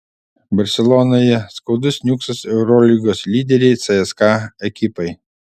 barselonoje skaudus niuksas eurolygos lyderei cska ekipai